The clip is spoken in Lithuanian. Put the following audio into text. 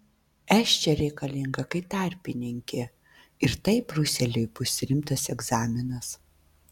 es čia reikalinga kaip tarpininkė ir tai briuseliui bus rimtas egzaminas